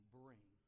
bring